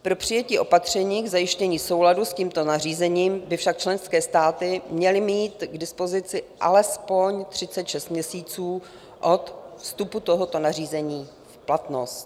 Pro přijetí opatření k zajištění souladu s tímto nařízením by však členské státy měly mít k dispozici alespoň 36 měsíců od vstupu tohoto nařízení v platnost.